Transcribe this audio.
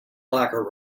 locker